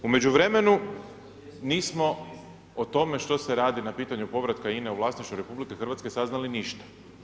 U međuvremenu nismo o tome što se radi na pitanju povratka INA-e u vlasništvo RH saznali ništa.